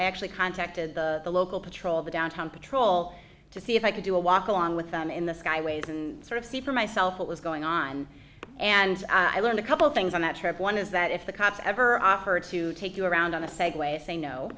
actually contacted the local patrol the downtown patrol to see if i could do a walk along with them in the skyways and sort of see for myself what was going on and i learned a couple things on that trip one is that if the cops ever offer to take you around on a seg